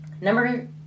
Number